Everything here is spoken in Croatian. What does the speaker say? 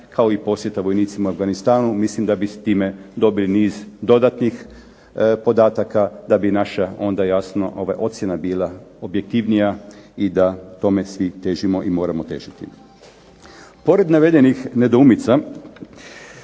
kao i posjeta vojnicima u Afganistanu. Mislim da bi s time dobili niz dodatnih podataka, da bi naša onda jasno ova ocjena bila objektivnija i da tome svi težimo i moramo težiti. Pored navedenih nedoumica,